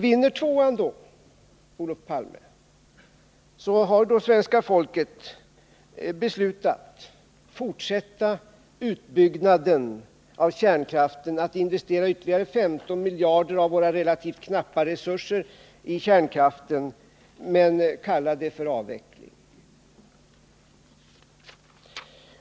Vinner tvåan, Olof Palme, så har svenska folket beslutat att fortsätta utbyggnaden av kärnkraften, att investera ytterligare 15 miljarder av våra relativt knappa resurser i kärnkraften men kalla det för avveckling.